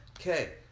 Okay